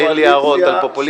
מעיר לי הערות על פופוליזם.